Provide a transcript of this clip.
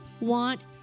want